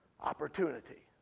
Opportunity